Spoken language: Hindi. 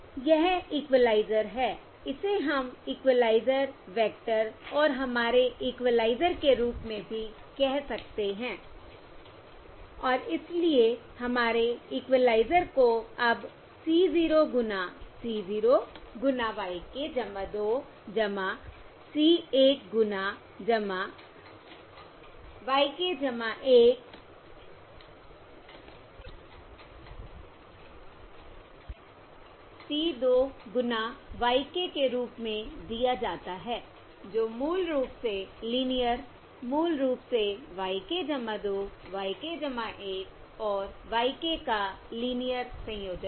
यह इक्वलाइज़र है इसे हम इक्वलाइज़र वेक्टर और हमारे इक्वलाइज़र के रूप में भी कह सकते हैं और इसलिए हमारे इक्वलाइज़र को अब C 0 गुना C 0 गुना y k 2 C 1 गुना y k 1 C 2 गुना y k के रूप में दिया जाता है जो मूल रूप से लीनियर मूल रूप से y k 2 y k 1 और y k का लीनियर संयोजन है